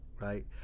right